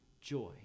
joy